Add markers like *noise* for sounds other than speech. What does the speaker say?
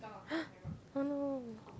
*breath* oh no